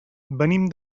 venim